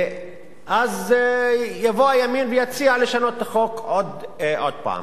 אז יבוא הימין ויציע לשנות את החוק עוד פעם.